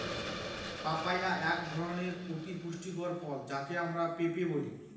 papaya একধরনের অতি পুষ্টিকর ফল যাকে আমরা পেঁপে বলি